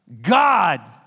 God